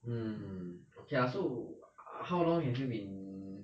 um okay lah so how long have you been